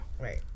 Right